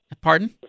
Pardon